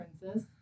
princess